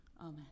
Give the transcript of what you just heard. Amen